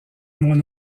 moins